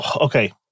Okay